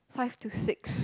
five to six